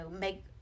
make